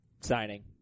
signing